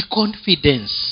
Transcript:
confidence